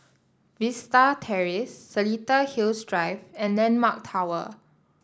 Vista Terrace Seletar Hills Drive and landmark Tower